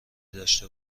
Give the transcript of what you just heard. داشته